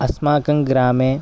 अस्माकं ग्रामे